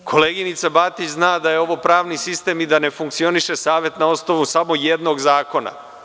Koleginica Batić zna da je ovo pravni sistem i da ne funkcioniše savet na osnovu samo jednog zakona.